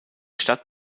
stadt